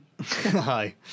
Hi